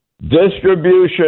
distribution